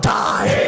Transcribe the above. die